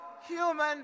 human